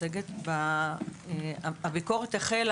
הביקורת החלה